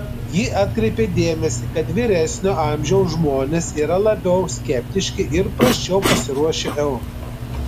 ji atkreipė dėmesį kad vyresnio amžiaus žmonės yra labiau skeptiški ir prasčiau pasiruošę eurui